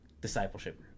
discipleship